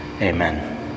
amen